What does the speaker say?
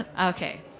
Okay